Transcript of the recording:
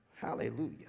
Hallelujah